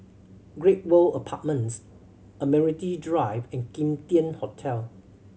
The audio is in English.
Great World Apartments Admiralty Drive and Kim Tian Hotel